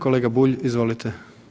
Kolega Bulj, izvolite.